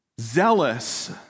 zealous